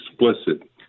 explicit